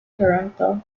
toronto